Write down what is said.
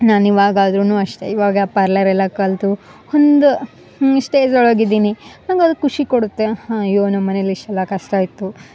ನಾನು ಇವಾಗ ಆದರೂನು ಅಷ್ಟೆ ಇವಾಗ ಪಾರ್ಲರ್ ಎಲ್ಲ ಕಲ್ತು ಒಂದು ಈ ಸ್ಟೇಜ್ ಒಳಗ ಇದ್ದೀನಿ ನಂಗ ಅದು ಖುಷಿ ಕೊಡುತ್ತೆ ಅಯ್ಯೋ ನಮ್ಮ ಮನೇಲಿ ಎಷ್ಟೆಲ್ಲ ಕಷ್ಟ ಇತ್ತು